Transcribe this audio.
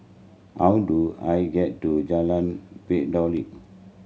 how do I get to Jalan